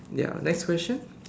ya next question